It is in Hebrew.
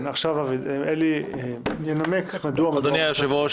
אדוני היושב-ראש,